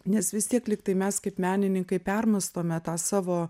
nes vis tiek lygtai mes kaip menininkai permąstome tą savo